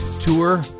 tour